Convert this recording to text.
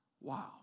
Wow